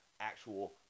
actual